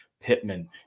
Pittman